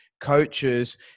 coaches